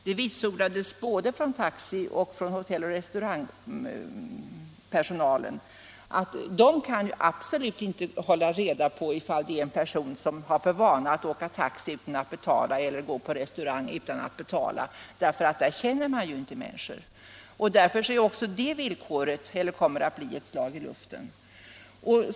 Det förklarades både från taxipersonalens och från hotell och restaurangpersonalens sida att de absolut inte kan hålla reda på om en person har för vana att åka taxi eller gå på restaurang utan att betala — där känner man ju inte människor på det sättet. Därför kommer också det villkoret att bli ett slag i luften.